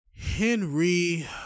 Henry